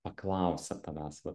paklausia tavęs va